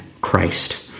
Christ